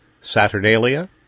Saturnalia